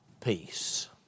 peace